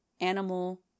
Animal